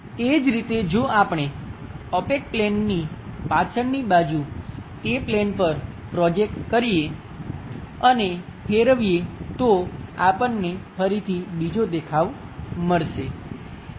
એ જ રીતે જો આપણે ઓપેક પ્લેનની પાછળની બાજુ તે પ્લેન પર પ્રોજેકટ કરીએ અને ફેરવીએ તો આપણને ફરીથી બીજો દેખાવ મળશે